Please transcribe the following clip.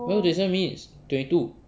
where got twenty seven minutes twenty two